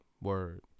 Word